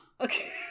Okay